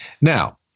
Now